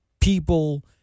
people